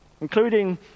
including